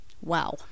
wow